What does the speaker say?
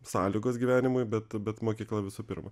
sąlygos gyvenimui bet bet mokykla visų pirma